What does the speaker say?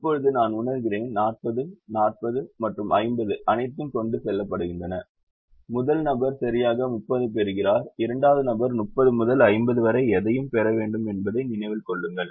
இப்போது நான் உணர்கிறேன் 40 40 மற்றும் 50 அனைத்தும் கொண்டு செல்லப்படுகின்றன முதல் நபர் சரியாக 30 பெறுகிறார் இரண்டாவது நபர் 30 முதல் 50 வரை எதையும் பெற வேண்டும் என்பதை நினைவில் கொள்ளுங்கள்